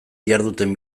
diharduten